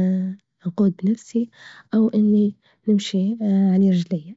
أقود نفسي أو إني نمشي على رجليا.